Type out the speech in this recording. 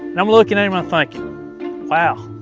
i'm looking at him. i'm thinking wow,